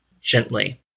gently